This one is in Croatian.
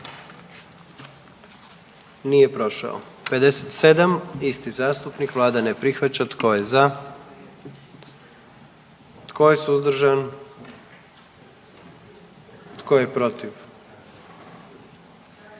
dio zakona. 44. Kluba zastupnika SDP-a, vlada ne prihvaća. Tko je za? Tko je suzdržan? Tko je protiv?